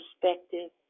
perspective